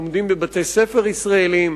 לומדים בבתי-ספר ישראליים,